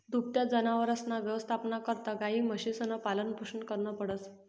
दुभत्या जनावरसना यवस्थापना करता गायी, म्हशीसनं पालनपोषण करनं पडस